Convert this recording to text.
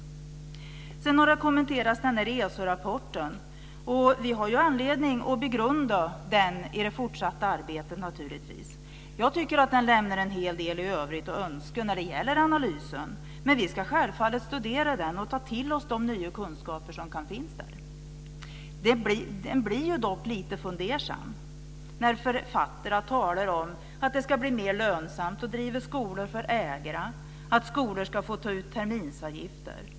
Sedan har jag några kommentarer till ESO rapporten. Vi har naturligtvis anledning att begrunda den i det fortsatta arbetet. Den lämnar en hel del övrigt att önska när det gäller analysen, men vi ska självfallet studera den och ta till oss den nya kunskap som kan finnas där. Dock blir man lite fundersam när författarna talar om att det ska bli mer lönsamt att driva skolor för ägarna och att skolor ska få ta ut terminsavgifter.